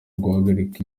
guhagarika